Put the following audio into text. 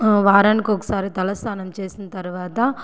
వారానికి ఒకసారి తలస్నానం చేసిన తరువాత